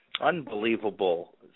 unbelievable